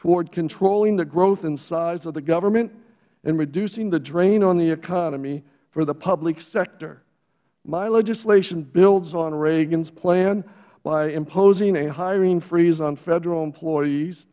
toward controlling the growth and size of the government and reducing the drain on the economy for the public sector my legislation builds on reagan's plan by imposing a hiring freeze on federal employees